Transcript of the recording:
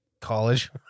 College